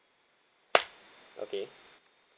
okay